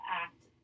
act